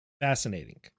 Fascinating